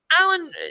Alan